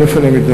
א.